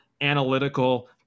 analytical